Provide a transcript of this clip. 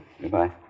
Goodbye